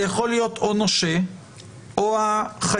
זה יכול להיות או נושה או החייב.